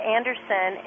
Anderson